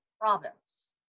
province